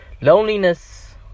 Loneliness